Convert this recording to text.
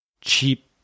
cheap